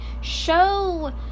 Show